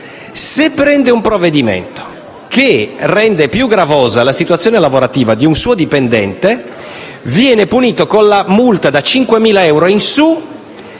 che prenda un provvedimento che rende più gravosa la situazione lavorativa di un suo dipendente viene punito con una multa da 5.000 euro in sù